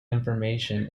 information